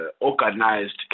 organized